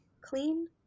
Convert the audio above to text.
clean